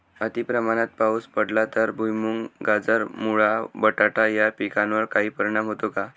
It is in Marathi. अतिप्रमाणात पाऊस पडला तर भुईमूग, गाजर, मुळा, बटाटा या पिकांवर काही परिणाम होतो का?